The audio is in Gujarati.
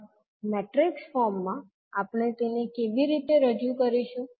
હવે મેટ્રિક્સ ફોર્મ માં આપણે તેને કેવી રીતે રજૂઆત કરીશું